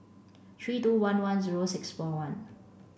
three two one one zero six four one